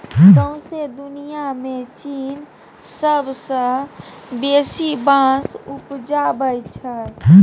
सौंसे दुनियाँ मे चीन सबसँ बेसी बाँस उपजाबै छै